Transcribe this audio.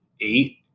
eight